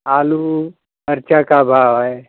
आलू मिर्ची का भाव है